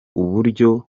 uburyo